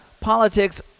politics